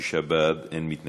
ובכן, שישה בעד, אין מתנגדים.